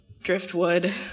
driftwood